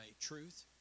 truth